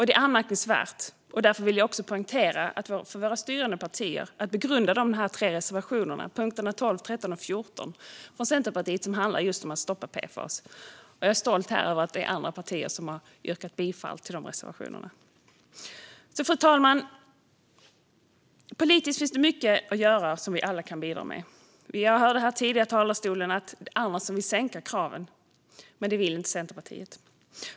Det är anmärkningsvärt, och därför vill jag också poängtera för de styrande partierna att de bör begrunda Centerpartiets tre reservationer - punkterna 12, 13 och 14 - som handlar om att stoppa PFAS. Jag är stolt över att även andra partier har yrkat bifall till de reservationerna. Fru talman! Politiskt finns det mycket att göra, och vi kan alla bidra. Vi hörde tidigare här från talarstolen att det finns andra som vill sänka kraven, men det vill inte Centerpartiet.